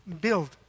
build